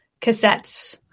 cassettes